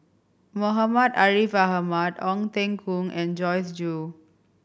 Muhammad Ariff Ahmad Ong Teng Koon and Joyce Jue